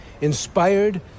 inspired